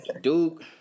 Duke